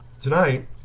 tonight